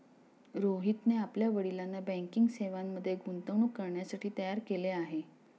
रोहितने आपल्या वडिलांना बँकिंग सेवांमध्ये गुंतवणूक करण्यासाठी तयार केले आहे